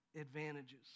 advantages